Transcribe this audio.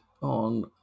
on